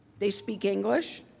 they speak english,